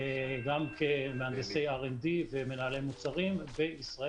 גם כמהנדסי R&D ומנהלי מוצרים בישראל.